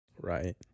right